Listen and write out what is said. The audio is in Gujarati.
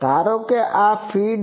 ધારો કે આ ફીડ છે